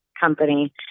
company